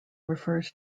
refers